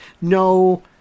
no